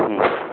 હા